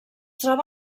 troba